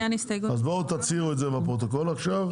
אז בואו תוצהירו את זה בפרוטוקול עכשיו,